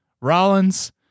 Rollins